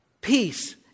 peace